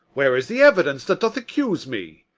where is the evidence that doth accuse me?